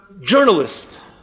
journalists